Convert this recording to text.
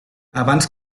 abans